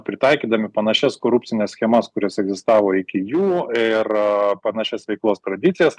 pritaikydami panašias korupcines schemas kurios egzistavo iki jų ir panašias veiklos tradicijas